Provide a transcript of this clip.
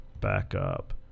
Backup